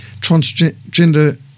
transgender